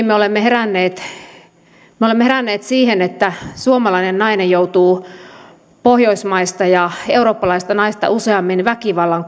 me olemme heränneet siihen että suomalainen nainen joutuu pohjoismaista ja eurooppalaista naista useammin väkivallan